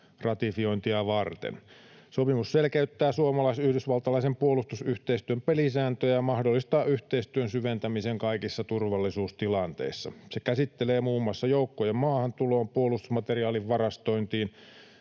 ratifiointia varten. Sopimus selkeyttää suomalais-yhdysvaltalaisen puolustusyhteistyön pelisääntöjä ja mahdollistaa yhteistyön syventämisen kaikissa turvallisuustilanteissa. Se käsittelee muun muassa joukkojen maahantuloon, puolustusmateriaalin varastointiin,